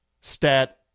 Stat